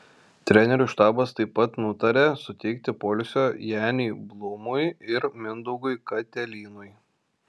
trenerių štabas taip pat nutarė suteikti poilsio janiui blūmui ir mindaugui katelynui